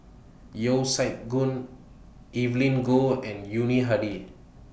Yeo Siak Goon Evelyn Goh and Yuni Hadi